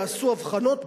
יעשו הבחנות,